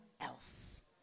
else